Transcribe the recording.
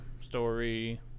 story